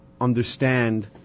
understand